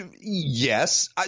Yes